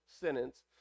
sentence